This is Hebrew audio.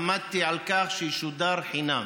עמדתי על כך שישודר חינם.